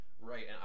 Right